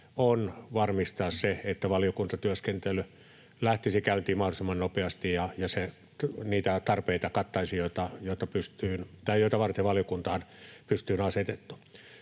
on varmistaa se, että valiokuntatyöskentely lähtisi käyntiin mahdollisimman nopeasti ja se kattaisi niitä tarpeita, joita varten valiokunta on pystyyn asetettu.